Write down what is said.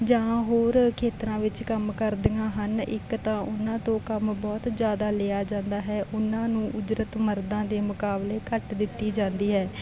ਜਾਂ ਹੋਰ ਖੇਤਰਾਂ ਵਿੱਚ ਕੰਮ ਕਰਦੀਆਂ ਹਨ ਇੱਕ ਤਾਂ ਉਹਨਾਂ ਤੋਂ ਕੰਮ ਬਹੁਤ ਜ਼ਿਆਦਾ ਲਿਆ ਜਾਂਦਾ ਹੈ ਉਹਨਾਂ ਨੂੰ ਉਜਰਤ ਮਰਦਾਂ ਦੇ ਮੁਕਾਬਲੇ ਘੱਟ ਦਿੱਤੀ ਜਾਂਦੀ ਹੈ